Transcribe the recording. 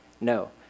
No